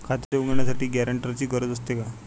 खाते उघडण्यासाठी गॅरेंटरची गरज असते का?